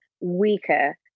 weaker